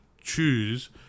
choose